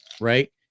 right